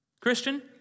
Christian